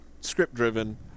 script-driven